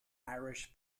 irish